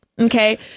Okay